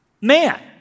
man